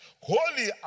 holy